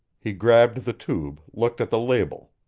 he grabbed the tube, looked at the label.